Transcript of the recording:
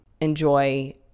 enjoy